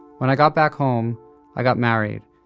when i got back home i got married,